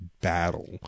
battle